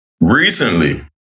recently